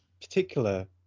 particular